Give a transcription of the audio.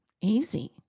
easy